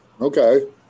Okay